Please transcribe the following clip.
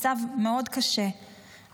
מצב מאוד קשה,